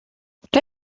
der